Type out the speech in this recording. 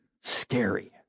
scary